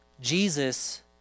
Jesus